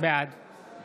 בעד